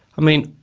i mean,